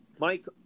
Mike